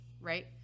right